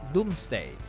Doomsday